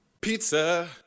Pizza